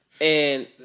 And-